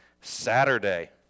Saturday